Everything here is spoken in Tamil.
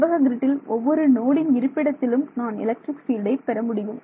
செவ்வக கிரிட்டில் ஒவ்வொரு நோடின் இருப்பிடத்திலும் நான் எலக்ட்ரிக் பீல்டை பெற முடியும்